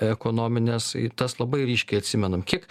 ekonominės i tas labai ryškiai atsimenam kiek